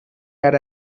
had